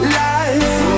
life